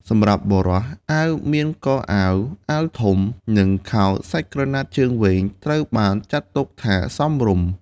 សម្រាប់បុរស អាវមានកអាវ អាវធំ និងខោសាច់ក្រណាត់ជើងវែង ត្រូវបានចាត់ទុកថាសមរម្យ។